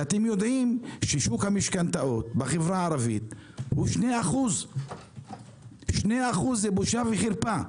אתם יודעים ששוק המשכנתאות בחברה הערבית הוא 2%. זה בושה וחרפה.